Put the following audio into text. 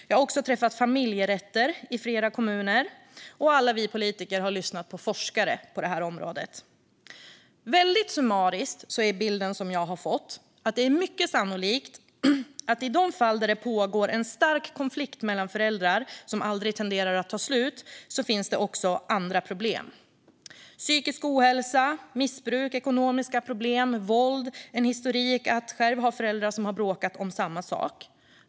Jag har också träffat familjerätter i flera kommuner, och alla vi politiker har lyssnat på forskare på området. Väldigt summariskt är bilden som jag har fått att det är mycket sannolikt att i de fall det pågår en stark konflikt mellan föräldrar som aldrig tenderar att ta slut finns det också andra problem. Det kan vara psykisk ohälsa, missbruk, ekonomiska problem, våld eller en historik att själv ha föräldrar som har bråkat om samma sak.